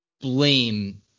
blame